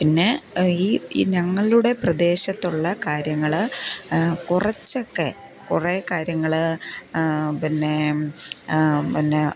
പിന്നെ ഈ ഈ ഞങ്ങളുടെ പ്രദേശത്തുള്ള കാര്യങ്ങൾ കുറച്ചൊക്കെ കൂറെ കാര്യങ്ങൾ പിന്നെ പിന്നെ